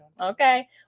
Okay